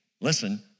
listen